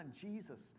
Jesus